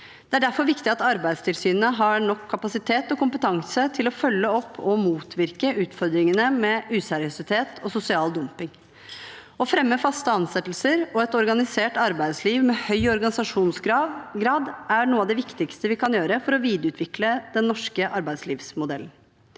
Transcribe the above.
Det er derfor viktig at Arbeidstilsynet har nok kapasitet og kompetanse til å følge opp og motvirke utfordringene med useriøsitet og sosial dumping. Å fremme faste ansettelser og et organisert arbeidsliv med høy organisasjonsgrad er noe av det viktigste vi kan gjøre for å videreutvikle den norske arbeidslivsmodellen.